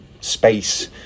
space